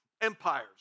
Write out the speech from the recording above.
empires